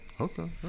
Okay